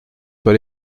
pas